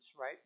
right